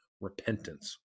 repentance